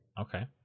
Okay